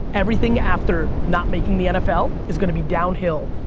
everything after not making the nfl, is gonna be downhill,